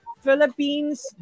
Philippines